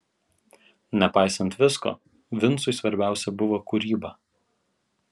nepaisant visko vincui svarbiausia buvo kūryba